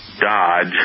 Dodge